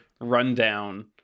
rundown